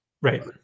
Right